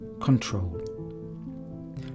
control